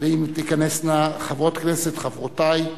ואם תיכנסנה חברות כנסת, חברותי,